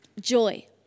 Joy